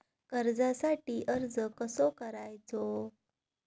कर्जासाठी अर्ज कसो करायचो?